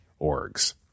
orgs